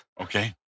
Okay